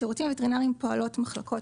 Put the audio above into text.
בשירותים הווטרינריים פועלות מחלקות